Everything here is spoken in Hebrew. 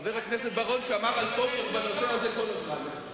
חבר הכנסת בר-און שמר על כושר בנושא הזה כל הזמן.